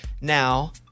Now